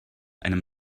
einem